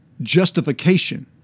justification